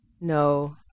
No